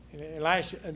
Elijah